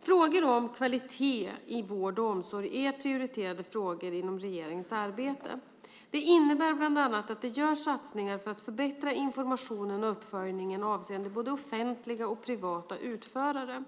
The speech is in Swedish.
Frågor om kvalitet i vård och omsorg är prioriterade frågor inom regeringens arbete. Det innebär bland annat att det görs satsningar för att förbättra informationen och uppföljningen avseende både offentliga och privata utförare.